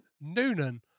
Noonan